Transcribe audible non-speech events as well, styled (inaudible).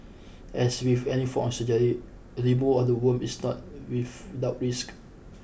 as with any form of surgery removal of the womb is not (unintelligible) without risks